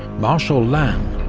marshal lannes,